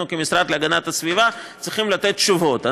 אנחנו כמשרד להגנת הסביבה צריכים לתת תשובות,